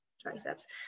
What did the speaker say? triceps